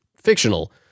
fictional